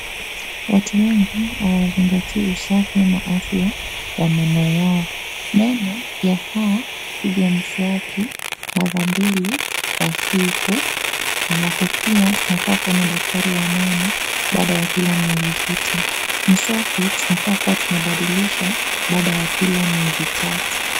Watu wengi hawazingatii usafi na afya wa meno yao. Meno yafaa ipigwe mswaki mara mbili kwa siku. Alafu pia tunafaa kuona daktari wa meno baada ya kila miezi sita. Mswaki tunafaa kuwa tunabadilisha baada ya kila miezi tatu.